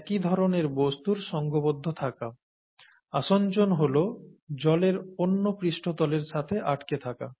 আসঞ্জন adhesion হল জলের অন্য পৃষ্ঠতলের সাথে আটকে থাকা